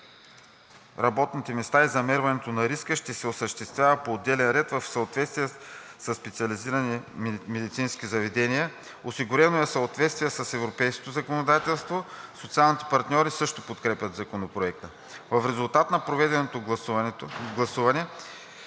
работните места и замерването на риска ще се осъществява по отделен ред в съответните специализирани медицински заведения. Осигурено е съответствие с европейското законодателство, социалните партньори също подкрепят Законопроекта. В резултат на проведеното гласуване